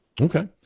Okay